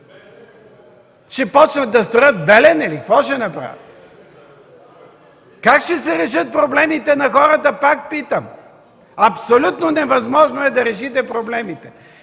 Ще започнат да строят „Белене” ли, какво ще направят?! Как ще се решат проблемите на хората? – пак питам. Абсолютно невъзможно е да се решат проблемите.